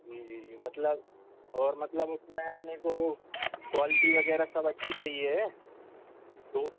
जी जी जी मतलब और मतलब उसमें अपने को क्वालिटी वग़ैरह सब अच्छी चाहिए तो